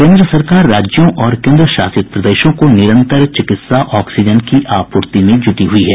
केंद्र सरकार राज्यों और केंद्र शासित प्रदेशों को निरंतर चिकित्सा ऑक्सीजन की आपूर्ति में जूटी हुई है